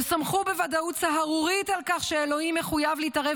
הם סמכו בוודאות סהרורית על כך שאלוהים מחויב להתערב